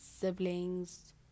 siblings